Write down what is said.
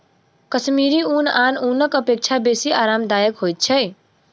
कश्मीरी ऊन आन ऊनक अपेक्षा बेसी आरामदायक होइत छै